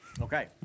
Okay